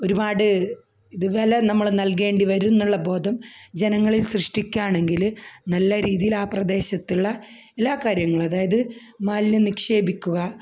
ഒരുപാട് ഇത് വില നമ്മള് നൽകേണ്ടിവരുമെന്നുള്ള ബോധം ജനങ്ങളില് സൃഷ്ടിക്കുകയാണെങ്കില് നല്ല രീതിയില് ആ പ്രദേശത്തുള്ള എല്ലാ കാര്യങ്ങളും അതായത് മാലിന്യം നിക്ഷേപിക്കുക